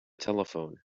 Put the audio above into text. telephone